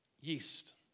yeast